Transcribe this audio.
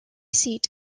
seat